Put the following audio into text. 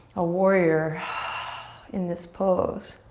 a warrior in this pose,